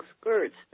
skirts